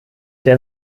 der